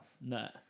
No